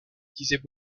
disaient